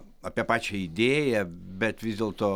apie pačią idėją bet vis dėlto